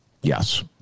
Yes